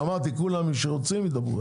אמרתי שכל מי שרוצה ידבר.